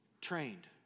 trained